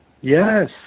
Yes